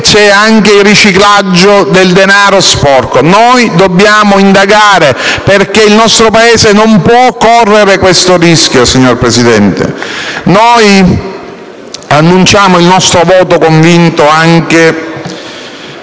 c'è anche il riciclaggio del denaro sporco. Noi dobbiamo indagare, perché il nostro Paese non può correre questo rischio, signor Presidente. Annunciamo il nostro voto convinto anche